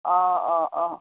অঁ অঁ অঁ